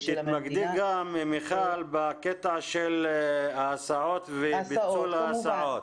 -- ותתמקדי גם מיכל בקטע של ההסעות וביטול ההסעות.